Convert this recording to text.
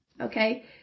Okay